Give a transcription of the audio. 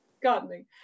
Gardening